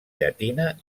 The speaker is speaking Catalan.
llatina